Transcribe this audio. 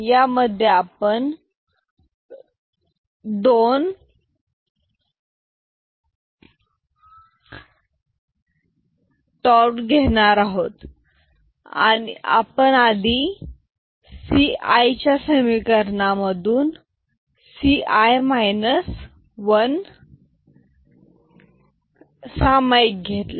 यामध्ये आपण दोन टॉर्च घेणार आहोत सर्वात आधी आपण सी आईच्या समिकरणा मधून सी आय मायनस वन सामाईक घेतला